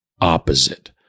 opposite